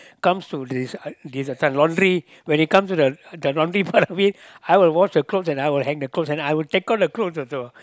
comes to this this kind laundry when it comes to the the laundry part I mean I will wash the clothes and I will hang the clothes and I will take out the clothes also